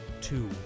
two